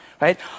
Right